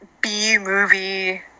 B-movie